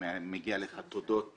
מגיע לך תודות